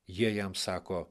jie jam sako